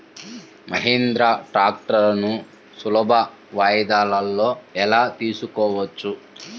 మహీంద్రా ట్రాక్టర్లను సులభ వాయిదాలలో ఎలా తీసుకోవచ్చు?